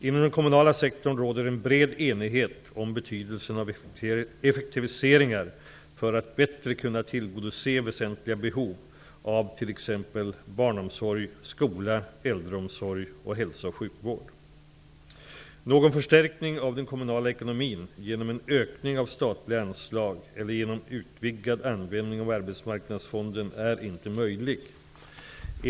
Inom den kommunala sektorn råder en bred enighet om betydelsen av effektiviseringar för att bättre kunna tillgodose väsentliga behov av t.ex. Någon förstärkning av den kommunala ekonomin genom en ökning av statliga anslag eller genom utvidgad användning av arbetsmarknadsfonden är inte möjlig.